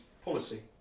Policy